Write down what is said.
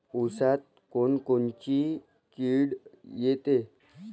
ऊसात कोनकोनची किड येते?